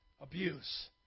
abuse